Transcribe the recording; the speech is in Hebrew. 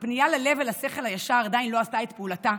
הפנייה ללב ולשכל הישר עדיין לא עשתה את פעולתה,